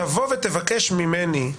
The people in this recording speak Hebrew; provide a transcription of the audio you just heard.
תבוא ותבקש ממני,